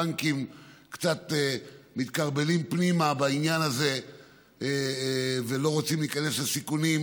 בנקים קצת מתכרבלים פנימה בעניין הזה ולא רוצים להיכנס לסיכונים,